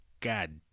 God